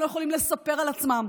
כי הם לא יכולים לספר על עצמם.